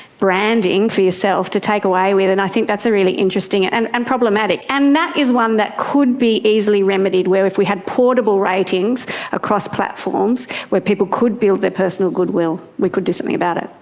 branding for yourself to take away with, and i think that's really interesting and and problematic, and that is one that could be easily remedied where if we had portable ratings across platforms where people could build their personal goodwill, we could do something about it.